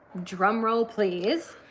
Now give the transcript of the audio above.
drum roll please.